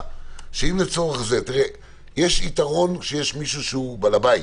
שיש יתרון כשיש מישהו שהוא בעל הבית.